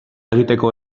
egiteko